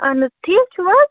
اَہَن حظ ٹھیٖک چھِو حظ